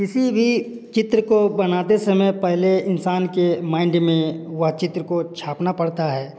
किसी भी चित्र को बनाते समय पहले इंसान के माइंड में वह चित्र को छापना पड़ता है